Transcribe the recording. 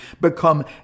become